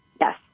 Yes